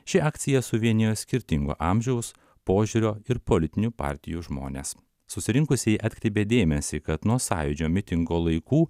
ši akcija suvienijo skirtingo amžiaus požiūrio ir politinių partijų žmones susirinkusieji atkreipė dėmesį kad nuo sąjūdžio mitingo laikų